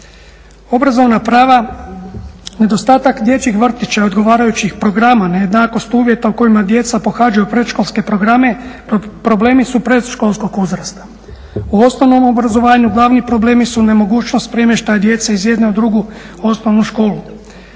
Obrazovna prava, nedostatak dječjih vrtića i odgovarajućih programa, nejednakost uvjeta u kojima djeca pohađaju predškolske programe problemi su predškolskog uzrasta. U osnovnom obrazovanju glavni problemi su nemogućnost premještaja djece iz jedne u drugu osnovnu školu,